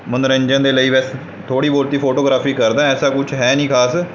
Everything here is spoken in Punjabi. ਮਨੋਰੰਜਨ ਦੇ ਲਈ ਵੈਸੇ ਥੋੜ੍ਹੀ ਬਹੁਤ ਫੋਟੋਗ੍ਰਾਫੀ ਕਰਦਾ ਐਸਾ ਕੁਛ ਹੈ ਨਹੀਂ ਖ਼ਾਸ